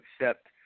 accept